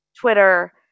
Twitter